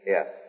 Yes